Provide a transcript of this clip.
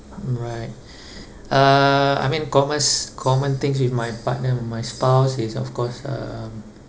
right uh I mean commerce common things with my partner with my spouse is of course um